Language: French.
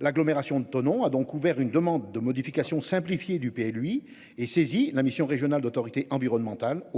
L'agglomération de Thonon a donc ouvert une demande de modification simplifiée du PLU lui est saisi la mission régionales d'autorité environnementale Auvergne